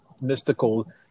mystical